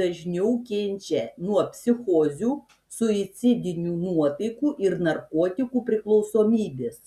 dažniau kenčia nuo psichozių suicidinių nuotaikų ir narkotikų priklausomybės